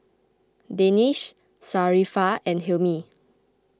Danish Sharifah and Hilmi